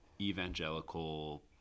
evangelical